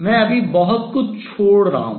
मैं अभी बहुत कुछ छोड़ drop कर रहा हूँ